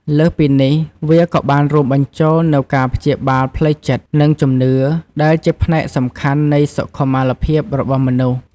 លើសពីនេះ វាក៏បានរួមបញ្ចូលនូវការព្យាបាលផ្លូវចិត្ត និងជំនឿ ដែលជាផ្នែកសំខាន់នៃសុខុមាលភាពរបស់មនុស្ស។